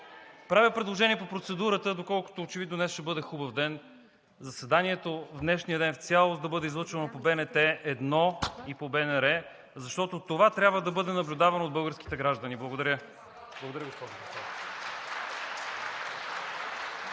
Правя предложение по процедурата, доколкото очевидно днес ще бъде хубав ден. Заседанието в днешния ден в цялост да бъде излъчвано по БНТ 1 и по БНР, защото това трябва да бъде наблюдавано от българските граждани. Благодаря.